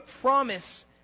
promise